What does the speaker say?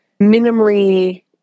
minimally